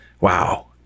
Wow